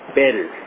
better